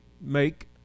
make